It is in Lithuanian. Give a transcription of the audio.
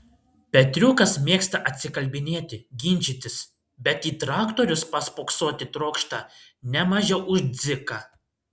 petriukas mėgsta atsikalbinėti ginčytis bet į traktorius paspoksoti trokšta ne mažiau už dziką